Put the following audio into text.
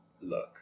look